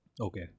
Okay